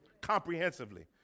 Comprehensively